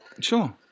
Sure